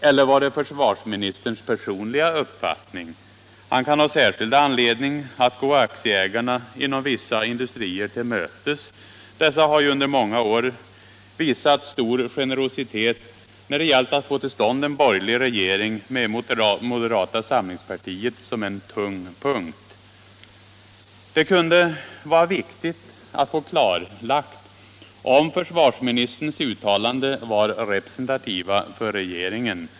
Eller var det försvarsministerns personliga uppfattning? Han kan ha särskild anledning att gå aktieägarna inom vissa industrier till mötes. Dessa har ju under många år visat stor generositet när det gällt att få till stånd en borgerlig regering med moderata samlingspartiet som en tung partner. Det kunde vara viktigt att få klarlagt om försvarsministerns uttalanden var representativa för regeringen.